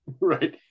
Right